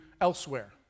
elsewhere